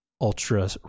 ultra